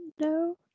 no